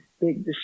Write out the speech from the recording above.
big